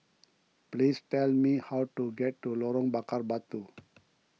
please tell me how to get to Lorong Bakar Batu